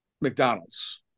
McDonald's